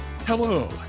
Hello